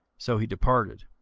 so he departed.